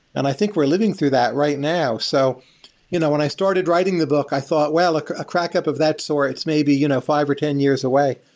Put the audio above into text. and i think we're living through that right now. so you know when i started writing the book, i thought, well, a crackup of that sore, it's maybe you know five, or ten years away.